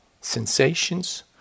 sensations